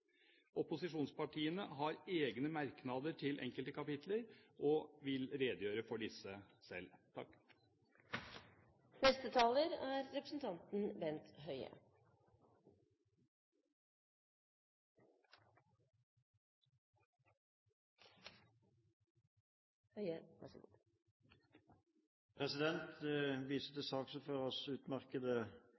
Opposisjonspartiene har egne merknader til enkelte kapitler og vil selv redegjøre for disse. Jeg viser til saksordførerens utmerkede